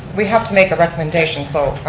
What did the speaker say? we have to make a recommendation. so.